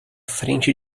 frente